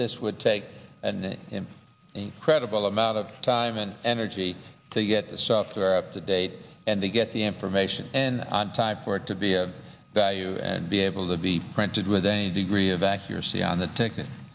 this would take and incredible amount of time and energy to get the software up to date and to get the information and on time for it to be of value and be able to be printed with any degree of accuracy on the t